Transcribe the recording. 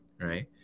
right